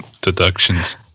Deductions